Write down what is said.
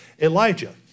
Elijah